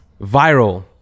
viral